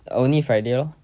only friday lor